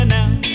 Now